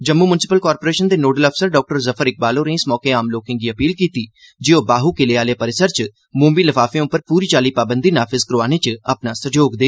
Jammu municipal corporation दे nodal अफसर doctor Zafar Iqbal होरें इस मौके आम लोकें गी अपील कीती जे ओह् बाहु किले आह्ले परिसर च मोमी लफाफें उप्पर पूरी चाल्ली पाबंदी नाफिज़ करोआने च सैह्योग देन